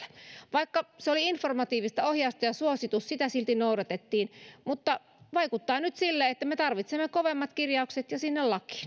vaikka se oli informatiivista ohjausta ja suositus sitä silti noudatettiin mutta nyt vaikuttaa siltä että me tarvitsemme kovemmat kirjaukset ja sinne